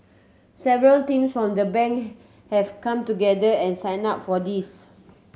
several teams from the Bank have come together and signed up for this